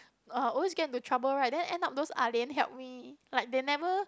uh always get into trouble right then end up those Ah-Lian help me like they never